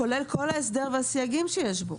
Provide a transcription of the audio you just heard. כולל כל ההסדר והסייגים שיש בו.